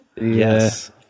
Yes